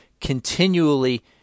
continually